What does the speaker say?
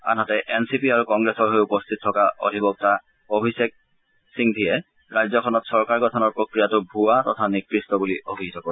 আনহাতে N C P আৰু কংগ্ৰেছৰ হৈ উপস্থিত থকা অধিবক্তা অভিষেক সিংভীয়ে ৰাজ্যখনত চৰকাৰ গঠনৰ প্ৰক্ৰিয়াটো ভুৱা তথা নিকৃষ্ট বুলি অভিহিত কৰে